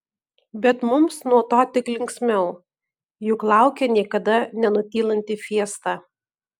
bet mums nuo to tik linksmiau juk laukia niekada nenutylanti fiesta